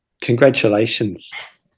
Congratulations